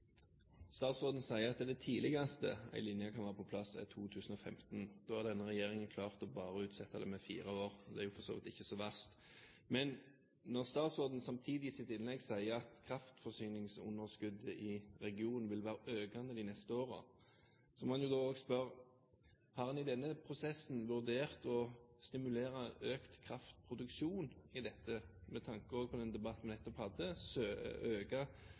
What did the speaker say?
Statsråden sier at det tidligste en linje kan være på plass, er i 2015. Da har denne regjeringen klart å utsette det med bare fire år – det er for så vidt ikke så verst. Men når statsråden samtidig i sitt innlegg sier at kraftforsyningsunderskuddet i regionen vil være økende de neste årene, må en spørre om han i denne prosessen har vurdert å stimulere til økt kraftproduksjon i denne regionen – også med tanke på den debatten vi nettopp hadde